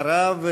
אחריו,